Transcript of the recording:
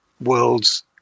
worlds